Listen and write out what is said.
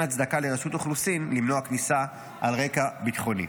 הצדקה לרשות האוכלוסין למנוע כניסה על רקע ביטחוני.